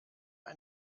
ein